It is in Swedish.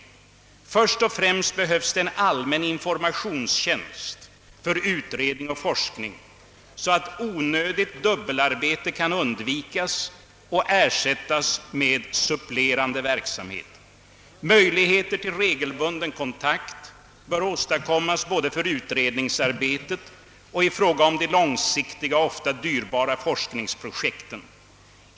Först och främst behövs det en allmän informationstjänst för utredning och forskning, så att onödigt dubbelarbete kan undvikas och ersättas med supplerande verksamhet. Möjligheter till regelbunden kontakt bör åstadkommas både för utredningsarbetet och i fråga om de långsiktiga och ofta dyrbara forskningsprojekten.